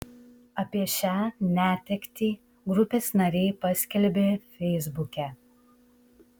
apie šią netektį grupės nariai paskelbė feisbuke